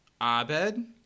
Abed